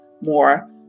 more